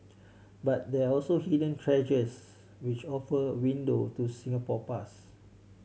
but there are also hidden treasures which offer a window to Singapore past